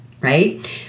right